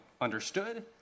understood